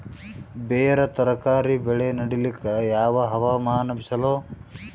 ಬೇರ ತರಕಾರಿ ಬೆಳೆ ನಡಿಲಿಕ ಯಾವ ಹವಾಮಾನ ಚಲೋ?